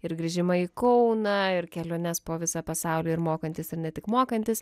ir grįžimą į kauną ir keliones po visą pasaulį ir mokantis ir ne tik mokantis